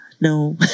No